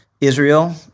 Israel